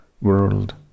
world